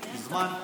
זמן.